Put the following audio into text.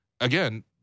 again